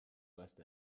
west